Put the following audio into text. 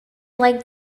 like